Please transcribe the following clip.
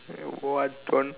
what